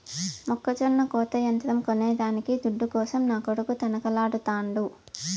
మొక్కజొన్న కోత యంత్రం కొనేదానికి దుడ్డు కోసం నా కొడుకు తనకలాడుతాండు